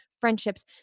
friendships